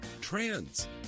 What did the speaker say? Trans